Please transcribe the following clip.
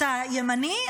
אתה ימני?